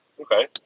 Okay